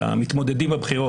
על המתמודדים בבחירות.